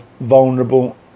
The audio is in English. vulnerable